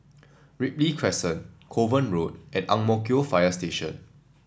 Ripley Crescent Kovan Road and Ang Mo Kio Fire Station